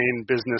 business